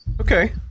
okay